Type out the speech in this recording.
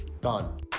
Done